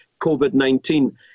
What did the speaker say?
COVID-19